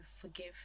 forgive